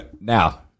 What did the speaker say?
Now